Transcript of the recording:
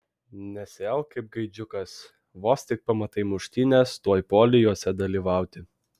nesielk kaip gaidžiukas vos tik pamatai muštynes tuoj puoli jose dalyvauti